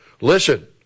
Listen